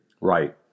Right